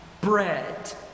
bread